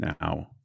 now